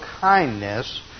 kindness